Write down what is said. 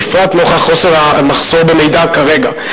בפרט נוכח המחסור במידע כרגע.